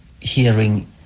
hearing